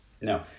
No